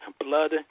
Blood